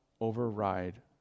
override